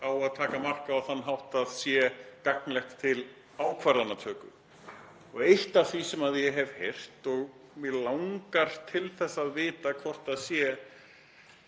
á að taka mark á á þann hátt að það sé gagnlegt til ákvarðanatöku. Eitt af því sem ég hef heyrt og mig langar að vita hvort sé